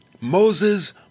Moses